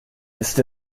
ist